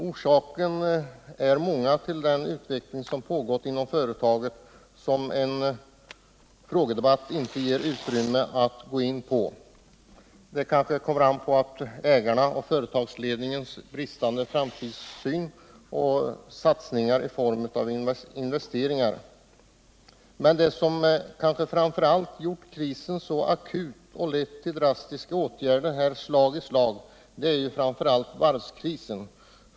Orsakerna är många till den utveckling som pågått inom företaget, och en frågedebatt ger inte utrymme för att gå in på dem. Det kanske kommer an på ägarnas och företagsledningens bristande framtidssyn och bristande satsningar i form av investeringar. Men det som kanske framför allt gör krisen så akut och som lett till drastiska åtgärder slag i slag är varvskrisen.